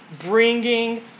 bringing